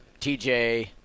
TJ